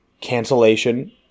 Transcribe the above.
cancellation